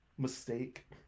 Mistake